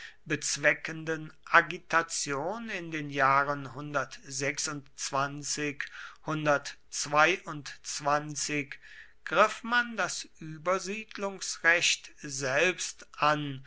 bezweckenden agitation in den jahren griff man das übersiedlungsrecht selbst an